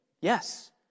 Yes